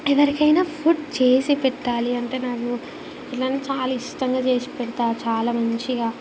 ఎవరికయినా food చేసి పెట్టాలి అంటే నాకు ఇలా చాలా ఇష్టంగా చేసి పెడతాను చాలా మంచిగా